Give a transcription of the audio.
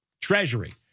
treasury